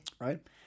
right